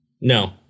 No